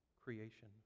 creation